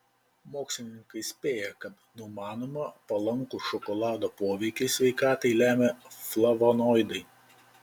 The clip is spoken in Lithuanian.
mokslininkai spėja kad numanomą palankų šokolado poveikį sveikatai lemia flavonoidai